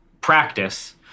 practice